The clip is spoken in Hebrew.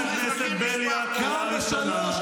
קם ------ חבר הכנסת בליאק, קריאה ראשונה.